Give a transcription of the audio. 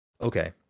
okay